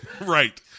Right